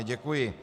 Děkuji.